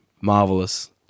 Marvelous